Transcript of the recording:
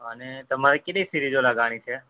અને તમારે કેટલી સિરિઝો લગાવવાની છે